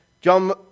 John